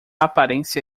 aparência